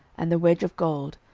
and the wedge of gold,